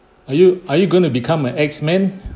are you are you going to become a x-men